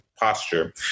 posture